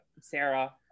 Sarah